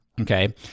okay